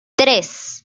tres